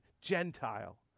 Gentile